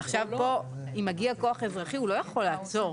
עכשיו, פה אם מגיע כוח אזרחי הוא לא יכול לעצור.